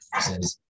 says